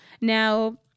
now